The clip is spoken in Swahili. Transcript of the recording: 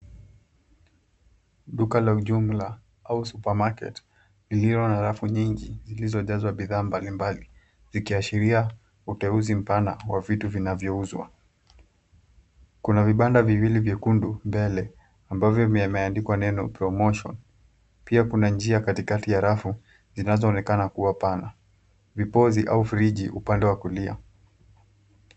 Duka la ujumla au supermarket lililo na rafu nyingi zilizojazwa bidhaa mbalimbali zikiashira uteuzi mpana wa vitu vinavyouzwa. Kuna vibandaviwili vyekundu mbele ambavyo vimeandikwa neno promotion . Pia kuna njia katikati ya rafu zinazoonekana kuwa pana, vipozi au friji upande wa kulia.